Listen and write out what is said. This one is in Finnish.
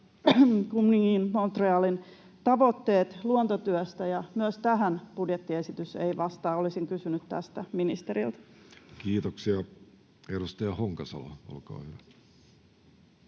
Kunmingin—Montrealin tavoitteet luontotyöstä, ja myöskään tähän budjettiesitys ei vastaa. Olisin kysynyt tästä ministeriltä. Kiitoksia. — Edustaja Honkasalo, olkaa hyvä.